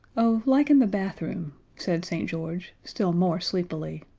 oh, like in the bathroom, said st. george, still more sleepily.